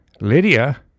Lydia